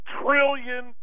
trillion